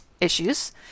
issues